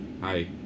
hi